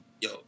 yo